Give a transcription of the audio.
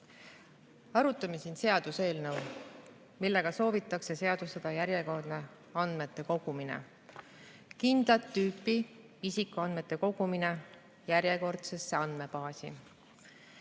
Arutame siin seaduseelnõu, millega soovitakse seadustada järjekordne andmete kogumine, kindlat tüüpi isikuandmete kogumine järjekordsesse andmebaasi.